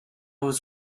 was